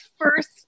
first